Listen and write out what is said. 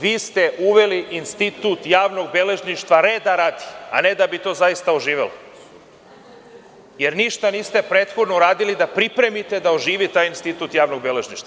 Vi ste uveli institut javnog beležništva reda radi, a ne da bi to zaista oživelo jer ništa niste prethodno radili da pripremite da oživi taj institut javnog beležništva.